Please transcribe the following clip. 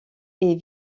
est